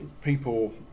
people